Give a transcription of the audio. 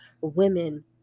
women